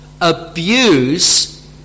abuse